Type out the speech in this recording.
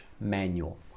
manual